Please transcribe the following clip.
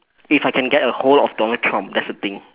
if I can get ahold of donald-trump that's the thing